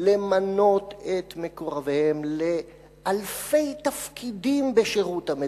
למנות את מקורביהם לאלפי תפקידים בשירות המדינה,